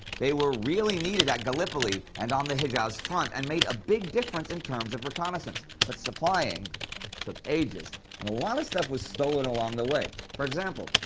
they were really needed at gallipoli and on the hejaz front and made a big difference in terms of reconnaissance, but supplying took ages and a lot of stuff was stolen along the way. for example,